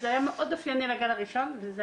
זה היה מאוד אופייני לגל הראשון וזה